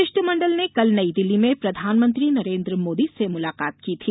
शिष्टमंडल ने कल नई दिल्ली में प्रधानमंत्री नरेंद्र मोदी से मुलाकात थी